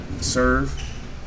serve